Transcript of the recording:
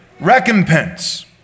recompense